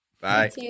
bye